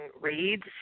reads